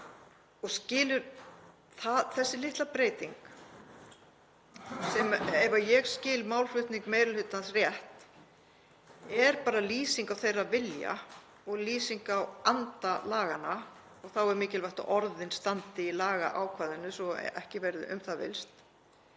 Þessi litla breyting, ef ég skil málflutning meiri hlutans rétt, er bara lýsing á þeirra vilja og lýsing á anda laganna og þá er mikilvægt að orðin standi í lagaákvæðinu svo að ekki verði um það villst.